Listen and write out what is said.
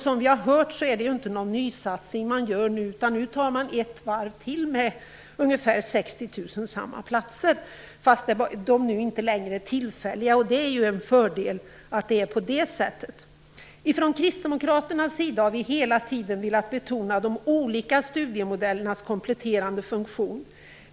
Som vi har hört är det ingen nysatsning som görs nu, utan ett varv till med ungefär samma 60 000 platser. Dock är de inte längre tillfälliga, vilket är en fördel. Vi kristdemokrater har hela tiden velat betona de olika studiemodellernas kompletterande funktion.